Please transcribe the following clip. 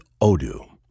Odoo